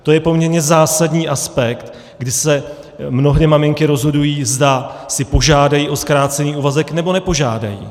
To je poměrně zásadní aspekt, kdy se mnohdy maminky rozhodují, zda si požádají o zkrácený úvazek, nebo nepožádají.